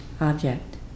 object